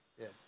Yes